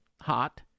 hot